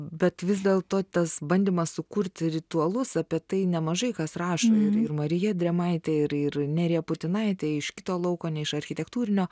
bet vis dėlto tas bandymas sukurti ritualus apie tai nemažai kas rašo ir marija drėmaitė ir ir nerija putinaitė iš kito lauko ne iš architektūrinio